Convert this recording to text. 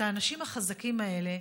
את האנשים החזקים האלה,